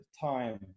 time